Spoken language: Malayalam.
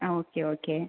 ആ ഓക്കേ ഓക്കേ